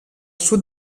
sud